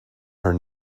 her